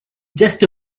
just